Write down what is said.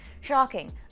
Shocking